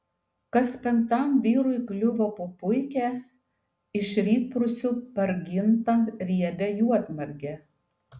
kas penktam vyrui kliuvo po puikią iš rytprūsių pargintą riebią juodmargę